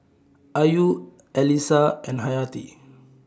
Ayu Alyssa and Hayati